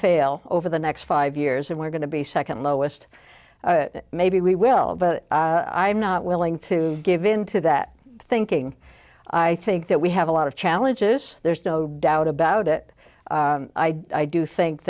fail over the next five years and we're going to be second lowest maybe we will i am not willing to give into that thinking i think that we have a lot of challenges there's no doubt about it i do think